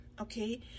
okay